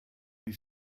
they